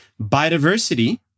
Biodiversity